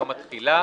יום התחילה).